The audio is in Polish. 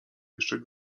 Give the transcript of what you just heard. jeszcze